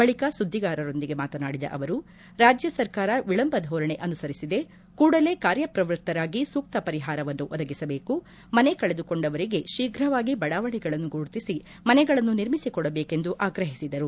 ಬಳಿಕ ಸುದ್ದಿಗಾರರೊಂದಿಗೆ ಮಾತನಾಡಿದ ಬಿಎಸ್ ಯಡಿಯೂರಪ್ಪ ರಾಜ್ಯ ಸರ್ಕಾರ ವಿಳಂಬ ಧೋರಣೆ ಅನುಸರಿಸಿದೆ ಕೂಡಲೇ ಕಾರ್ಯಪ್ರವೃತ್ತರಾಗಿ ಸೂಕ್ತ ಪರಿಹಾರವನ್ನು ಒದಗಿಸಬೇಕು ಮನೆ ಕಳೆದುಕೊಂಡವರಿಗೆ ಶೀಘವಾಗಿ ಬಡಾವಣೆಗಳನ್ನು ಗುರುತಿಸಿ ಮನೆಗಳನ್ನು ನಿರ್ಮಿಸಿಕೊಡಬೇಕೆಂದು ಆಗ್ರಹಿಸಿದರು